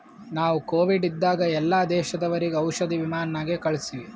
ನಾವು ಕೋವಿಡ್ ಇದ್ದಾಗ ಎಲ್ಲಾ ದೇಶದವರಿಗ್ ಔಷಧಿ ವಿಮಾನ್ ನಾಗೆ ಕಳ್ಸಿವಿ